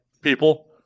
people